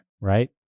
Right